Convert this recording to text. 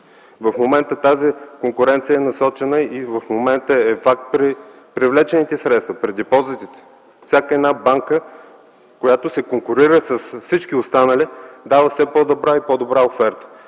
В момента тази конкуренция е насочена и е факт при привлечените средства, при депозитите. Всяка една банка, която се конкурира с всички останали, дава все по-добра и по-добра оферта.